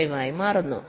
5 ആയി മാറുന്നു